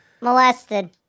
molested